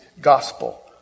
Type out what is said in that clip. gospel